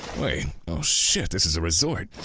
wait. oh shit, this is a resort.